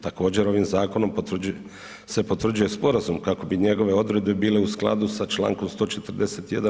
Također ovim zakonom se potvrđuje sporazum kako bi njegove odredbe bile u skladu s čl. 141.